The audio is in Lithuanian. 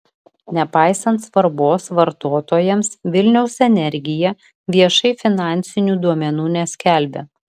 nepaisant svarbos vartotojams vilniaus energija viešai finansinių duomenų neskelbia